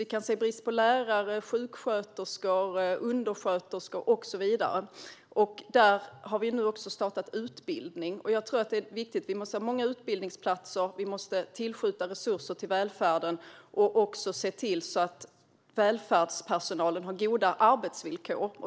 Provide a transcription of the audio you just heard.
Vi kan se brist på lärare, sjuksköterskor, undersköterskor och så vidare, och där har vi nu också startat utbildningar. Jag tror att det är viktigt: Vi måste ha många utbildningsplatser, och vi måste tillskjuta resurser till välfärden och också se till att välfärdspersonalen har goda arbetsvillkor.